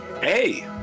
Hey